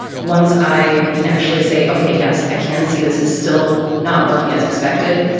once i can actually say, ok, yes, i can see this is still not working as expected.